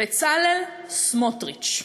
בצלאל סמוטריץ.